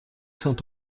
saint